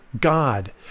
God